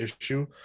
issue